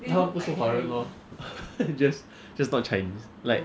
他们不是华人 lor just just not chinese like